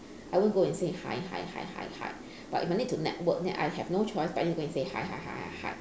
I won't go and say hi hi hi hi hi but if I need to network then I have no choice but I need to go and say hi hi hi hi hi